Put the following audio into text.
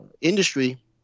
industry